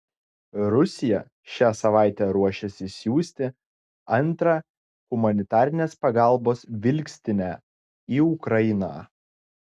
rusija šią savaitę ruošiasi siųsti antrą humanitarinės pagalbos vilkstinę į ukrainą